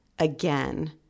again